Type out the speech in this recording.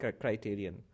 criterion